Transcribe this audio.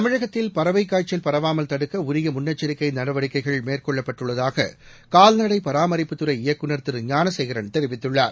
தமிழகத்தில் பறவை காய்ச்சல் பரவாமல் தடுக்க உரிய முன்னெச்சரிக்கை நடவடிக்கைகள் மேற்கொள்ளப்பட்டுள்ளதாக கால்நடை பராமரிப்புத் துறை இயக்குநர் திரு ஞானசேகரன் தெரிவித்துள்ளார்